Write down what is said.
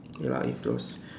ya lah it's those